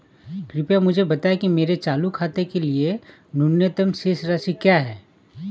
कृपया मुझे बताएं कि मेरे चालू खाते के लिए न्यूनतम शेष राशि क्या है?